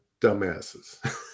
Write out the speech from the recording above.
Dumbasses